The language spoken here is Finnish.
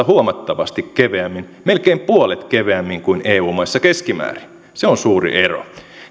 huomattavasti keveämmin melkein puolet keveämmin kuin eu maissa keskimäärin se on suuri ero